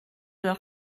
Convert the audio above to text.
leur